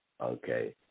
Okay